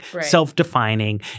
self-defining